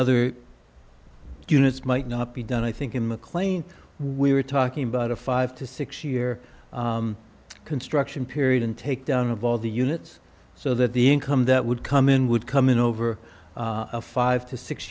other units might not be done i think in mclean we were talking about a five to six year construction period in takedown of all the units so that the income that would come in would come in over a five to six